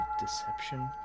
Deception